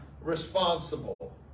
responsible